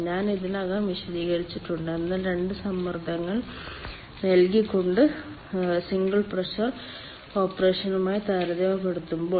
ഞാൻ ഇതിനകം വിശദീകരിച്ചിട്ടുണ്ട് എന്നാൽ 2 സമ്മർദ്ദങ്ങൾ നൽകിക്കൊണ്ട് സിംഗിൾ പ്രഷർ ഓപ്പറേഷനുമായി താരതമ്യപ്പെടുത്തുമ്പോൾ